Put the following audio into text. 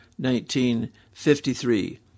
1953